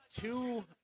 two